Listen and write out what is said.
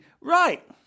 right